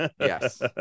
Yes